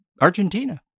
Argentina